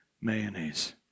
mayonnaise